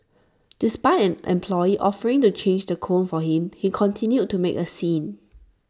despite an employee offering to change the cone for him he continued to make A scene